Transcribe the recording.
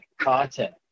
content